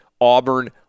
Auburn